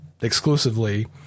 exclusively